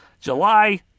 July